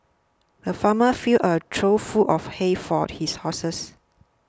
the farmer filled a trough full of hay for his horses